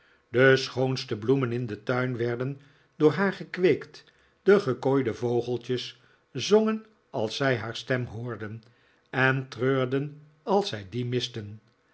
de schoonste bloemen in den tuin werden door haar gekweekt de gekooide vogeltjes zongen als zij haar stem hoorden en treurden als zij die misten